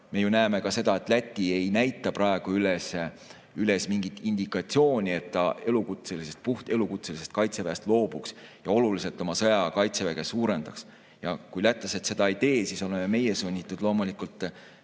Me ju näeme ka seda, et Läti ei näita praegu üles mingit indikatsiooni, et ta puhtelukutselisest kaitseväest loobuks ja oluliselt oma sõjaaja kaitseväge suurendaks. Kui lätlased seda ei tee, siis oleme meie sunnitud loomulikult